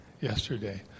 yesterday